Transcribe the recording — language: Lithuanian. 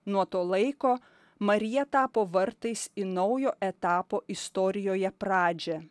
nuo to laiko marija tapo vartais į naujo etapo istorijoje pradžią